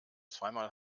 zweimal